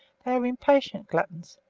they are impatient gluttons,